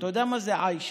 אתה יודע מה זה עיישה?